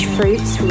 Fruits